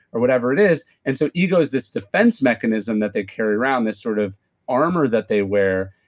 or whatever it is. and so ego is this defense mechanism that they carry around, this sort of armor that they wear.